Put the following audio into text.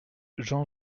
jean